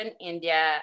India